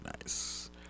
nice